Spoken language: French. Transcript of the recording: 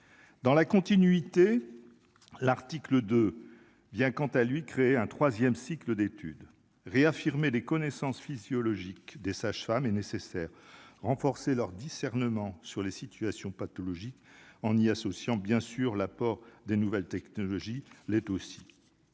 dans la continuité, l'article de vient quant à lui, créer un 3ème cycle d'études réaffirmer les connaissances physiologiques des sages-femmes et nécessaire renforcer leur discernement sur les situations pathologiques, en y associant, bien sûr, l'apport des nouvelles technologies l'est aussi,